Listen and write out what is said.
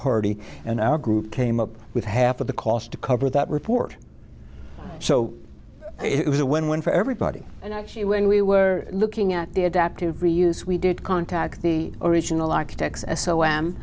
party and our group came up with half of the cost to cover that report so it was a win win for everybody and actually when we were looking at the adaptive reuse we did contact the original architects and so